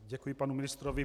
Děkuji panu ministrovi.